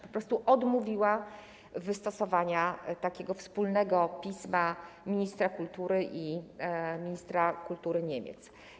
Po prostu odmówiła wystosowania takiego wspólnego pisma ministra kultury i ministra kultury Niemiec.